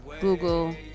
Google